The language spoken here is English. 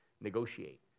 negotiate